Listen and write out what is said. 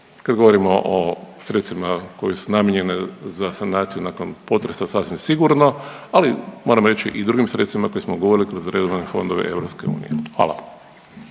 kad govorimo o sredstvima koje su namijenjene za sanaciju nakon potresa sasvim sigurno, ali moram reći i drugim sredstvima koje smo govorili kroz … fondove EU. Hvala.